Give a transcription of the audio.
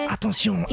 Attention